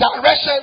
direction